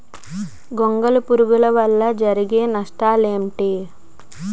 గొంగళి పురుగు వల్ల జరిగే నష్టాలేంటి?